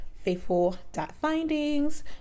faithful.findings